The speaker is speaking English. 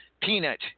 Peanut